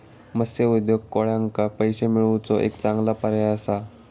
मत्स्य उद्योग कोळ्यांका पैशे मिळवुचो एक चांगलो पर्याय असा